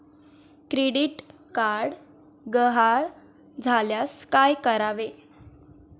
Credit card गहाळ झाल्यास काय करावे?